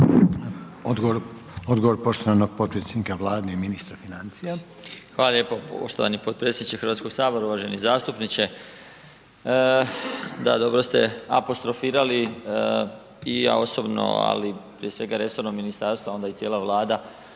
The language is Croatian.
Odgovor poštovanog potpredsjednika Vlade i ministra financija.